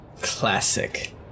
Classic